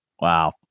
Wow